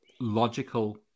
logical